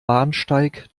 bahnsteig